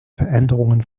veränderungen